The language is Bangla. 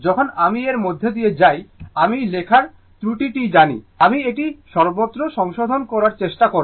যখন আমি এর মধ্য দিয়ে যাই আমি লেখার ত্রুটি জানি আমি এটি সর্বত্র সংশোধন করার চেষ্টা করব